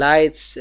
Lights